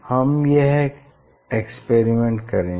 हम यह एक्सपेरिमेंट करेंगे